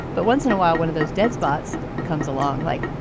but once in a while, one of those dead spots comes along like,